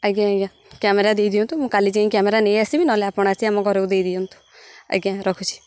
ଆଜ୍ଞା ଆଜ୍ଞା କ୍ୟାମେରା ଦେଇଦିଅନ୍ତୁ ମୁଁ କାଲି ଯାଇକି କ୍ୟାମେରା ନେଇ ଆସିବି ନହେଲେ ଆପଣ ଆସି ଆମ ଘରକୁ ଦେଇଦିଅନ୍ତୁ ଆଜ୍ଞା ରଖୁଛି